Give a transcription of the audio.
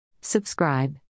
Subscribe